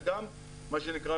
וגם מה שנקרא,